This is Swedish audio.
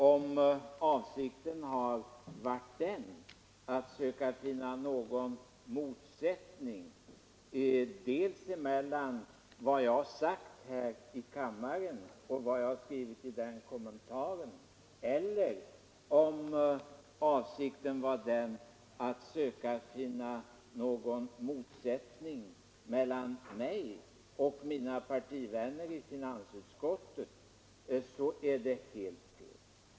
Vare sig avsikten har varit att söka finna någon motsättning mellan vad jag har sagt här i kammaren och vad jag har skrivit i kommentaren eller mellan mig och mina partivänner i finansutskottet är den helt misslyckad.